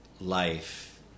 life